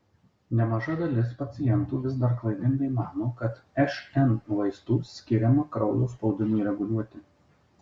nemaža dalis pacientų vis dar klaidingai mano kad šn vaistų skiriama kraujo spaudimui reguliuoti